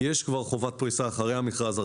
יש כבר חובת פריסה אחרי המכרז הראשון.